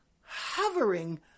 hovering